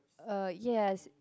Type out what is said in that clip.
uh yes